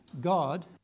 God